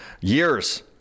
years